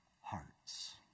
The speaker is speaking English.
hearts